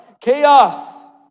Chaos